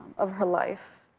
of her life.